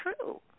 true